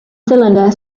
cylinder